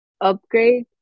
upgrade